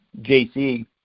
JC